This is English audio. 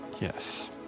yes